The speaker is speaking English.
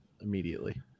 immediately